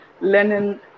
Lenin